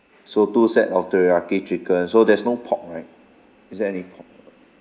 so two set of teriyaki chicken so there's no pork right is there any pork